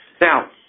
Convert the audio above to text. Now